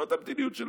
זו המדיניות של